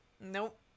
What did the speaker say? Nope